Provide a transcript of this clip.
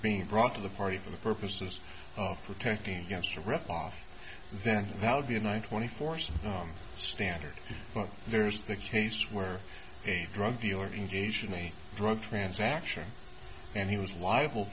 being brought to the party for the purposes of protecting against a rip off then that would be a night when a force standard but there is the case where a drug dealer engaged in a drug transaction and he was liable